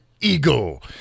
eagle